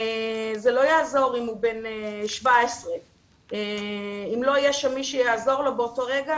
זה לא יעזור אם הוא בן 17. אם לא יהיה שם מי שיעזור לו באותו רגע,